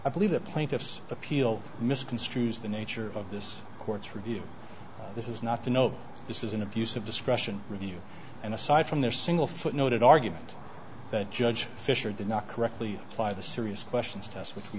i believe the plaintiffs appeal misconstrues the nature of this court's review this is not to know this is an abuse of discretion review and aside from their single footnote it argument that judge fisher did not correctly by the serious questions test which we